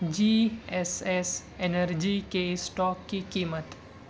جی S S energy کے stock کی قیمت